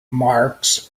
marx